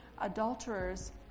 adulterers